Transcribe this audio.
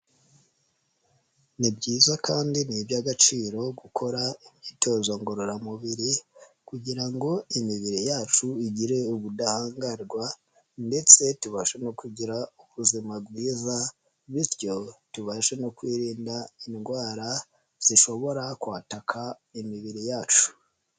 Ni byiza kandi ni iby'agaciro gukora imyitozo ngororamubiri kugira ngo imibiri yacu igire ubudahangarwa ndetse tubashe no kugira ubuzima bwiza bityo tubashe no kwirinda indwara zishobora kwataka imibiri yacu.